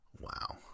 wow